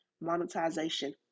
monetization